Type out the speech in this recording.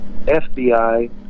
FBI